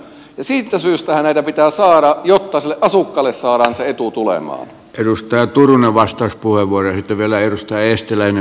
siitähän syystä näitä pitää saada jotta sille asukkaalle saadaan se etu tulemaan edustaja turunen vasta puolen vuoden alennusta eestiläinen